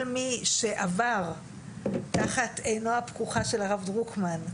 כל מי שעבר תחת עינו הפקוחה של הרב דרוקמן,